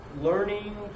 learning